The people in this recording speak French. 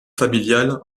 familiale